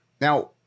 Now